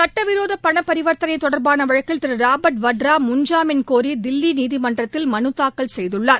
சுட்டவிரோத பண பரிவாத்தனை தொடர்பான வழக்கில் திரு ராபர்ட் வத்ரா முன்ஜாமீன் கோரி தில்லி நீதிமன்றத்தில் மனு தாக்கல் செய்துள்ளார்